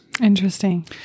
Interesting